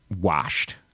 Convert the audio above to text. washed